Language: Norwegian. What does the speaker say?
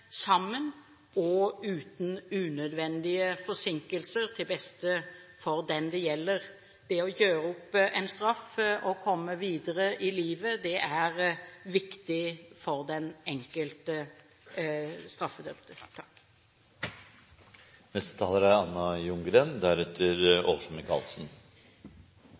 sammen, og uten unødvendige forsinkelser, til beste for den det gjelder. Det å gjøre opp en straff og komme videre i livet er viktig for den enkelte straffedømte.